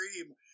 Dream